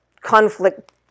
conflict